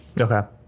Okay